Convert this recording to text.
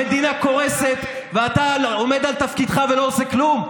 המדינה קורסת ואתה עומד על תפקידך ולא עושה כלום?